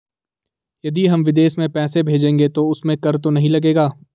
यदि हम विदेश में पैसे भेजेंगे तो उसमें कर तो नहीं लगेगा?